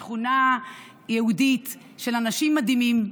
שכונה יהודית יפהפייה של אנשים מדהימים,